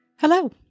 Hello